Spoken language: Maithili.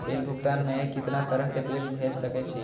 बिल भुगतान में कितना तरह के बिल भेज सके छी?